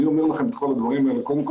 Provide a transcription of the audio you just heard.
אני אומר לכם את כל הדברים האלה קודם כל